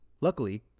Luckily